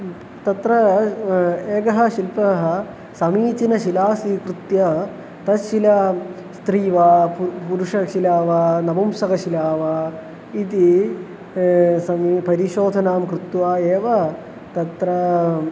तत्र एकः शिल्पः समीचीनशिलां स्वीकृत्य तत् शिलां स्त्री वा पु पुरुषशिला वा नपुंसकशिला वा इति समीक्ष्य परिशोधनं कृत्वा एव तत्र